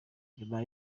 nyuma